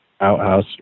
outhouse